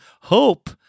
hope